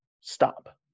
stop